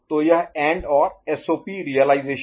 तो यह AND OR SOP realisation